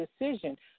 decision